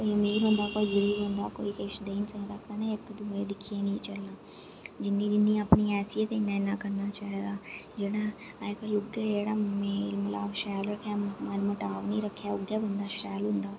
अमीर होंदा कोई गरीब होंदा कोई किश देई नेईं सकदा कदें इक दुऐ गी दिक्खी नेईं जलना जिन्नी जिन्नी अपनी एहसियत इन्ना इन्ना करना चाहिदा जेहड़ा अजकल उ'ऐ जेहड़ा मेल मलाप शैल रक्खे मन मुटाब नेई रक्खे उ'ऐ बंदा शैल होंदा